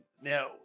now